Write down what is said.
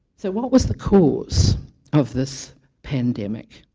so what was the cause of this pandemic?